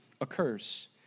occurs